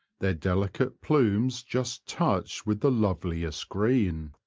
their deli cate plumes just touched with the loveliest green.